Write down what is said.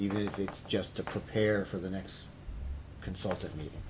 even if it's just to prepare for the next consult